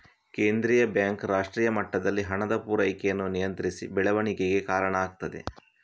ಕೇಂದ್ರೀಯ ಬ್ಯಾಂಕ್ ರಾಷ್ಟ್ರೀಯ ಮಟ್ಟದಲ್ಲಿ ಹಣದ ಪೂರೈಕೆಯನ್ನ ನಿಯಂತ್ರಿಸಿ ಬೆಳವಣಿಗೆಗೆ ಕಾರಣ ಆಗ್ತದೆ